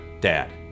dad